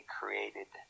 created